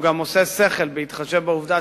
הוא גם עושה שכל בהתחשב בעובדה,